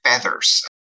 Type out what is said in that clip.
feathers